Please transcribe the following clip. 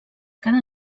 cada